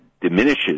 diminishes